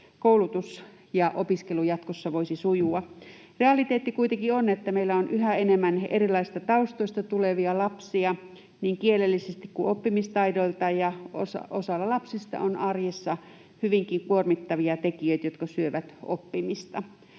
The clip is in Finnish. koulutus ja opiskelu jatkossa voisi sujua. Realiteetti kuitenkin on, että meillä on yhä enemmän erilaisista taustoista tulevia lapsia niin kielellisesti kuin oppimistaidoiltaan ja osalla lapsista on arjessa hyvinkin kuormittavia tekijöitä, jotka syövät oppimista.